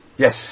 Yes